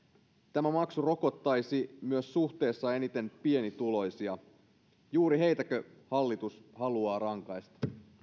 tämä maksu rokottaisi myös suhteessa eniten pienituloisia juuri heitäkö hallitus haluaa rangaista